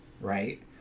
right